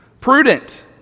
Prudent